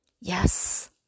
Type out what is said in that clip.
Yes